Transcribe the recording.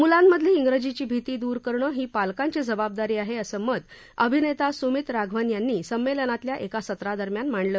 मूलांमधली जिजीची भिती द्र करणं ही पालकांची जबाबदारी आहे मत अभिनेता सुमित राघवन यांनी संमेलनातल्या एका सत्रादरम्यान मांडलं